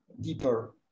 deeper